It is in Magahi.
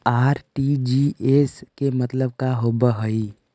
आर.टी.जी.एस के मतलब का होव हई?